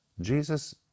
Jesus